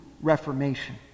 reformation